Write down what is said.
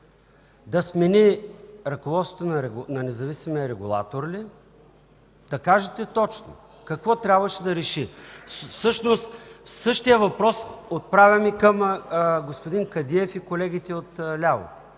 Да смени ръководството на независимия регулатор ли? Да кажете точно какво трябваше да реши. Същия въпрос отправям и към господин Кадиев и колегите от ляво.